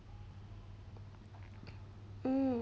hmm